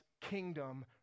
kingdom